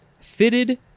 fitted